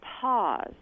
pause